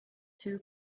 two